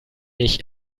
ich